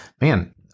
man